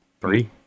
Three